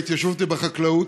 בהתיישבות ובחקלאות.